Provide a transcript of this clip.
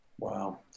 Wow